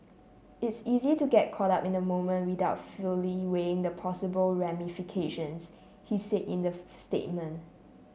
it's easy to get caught up in the moment without fully weighing the possible ramifications he said in the statement